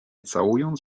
całując